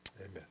amen